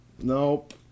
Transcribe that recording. nope